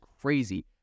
crazy